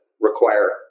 require